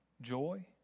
joy